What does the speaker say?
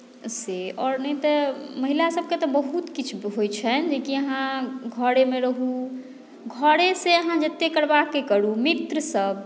से आओर नहि तऽ महिलासभकेँ तऽ बहुत किछु होइत छनि जेकि अहाँ घरेमे रहू घरेसँ अहाँ जतेक करबाक अइ करू मित्रसभ